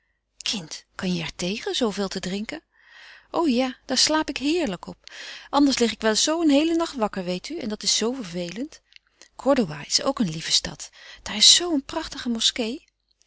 kind kan je er tegen zooveel te drinken o ja daar slaap ik heerlijk op anders lig ik wel eens zoo een heelen nacht wakker weet u en dat is zoo vervelend cordova is ook een lieve stad daar is zoo een prachtige moskee